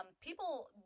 people